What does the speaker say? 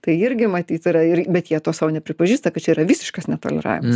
tai irgi matyt yra ir bet jie to sau nepripažįsta kad čia yra visiškas netoleravimas